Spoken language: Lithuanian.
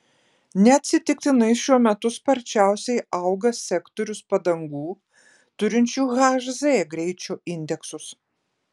neatsitiktinai šiuo metu sparčiausiai auga sektorius padangų turinčių h z greičio indeksus